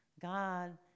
God